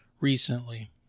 recently